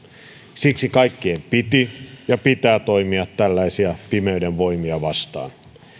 siksi kaikkien piti ja pitää toimia tällaisia pimeyden voimia vastaan